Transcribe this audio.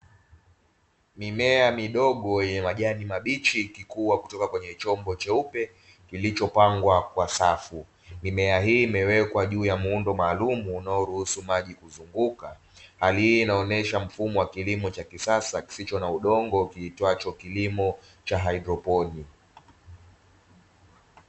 Mimea midogo yenye majani mabichi ikikua kutoka kwenye chombo cheupe, kilichopangwa kwa safu. Mimea hii imewekwa juu ya muundo maalumu unaoruhusu maji kuzunguka, hali hii inaonyesha mfumo wa kilimo cha kisasa kisicho na udongo, kiitwacho kilimo cha haidroponi.